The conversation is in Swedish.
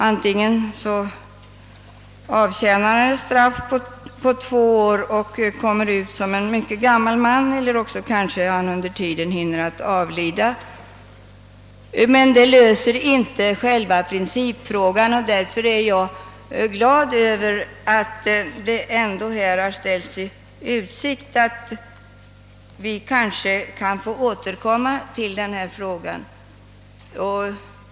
Antingen avtjänar han ett straff på två år och kommer ut från fängelset som mycket gammal, eller också kanske han hinner avlida under tiden. Men detta löser inte själva principfrågan. Därför är jag glad över att det har ställts i utsikt att man möjligen skall återkomma till detta problem.